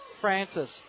Francis